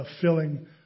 filling